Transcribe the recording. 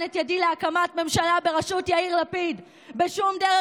את ידי להקמת ממשלה בראשות לפיד בשום דרך.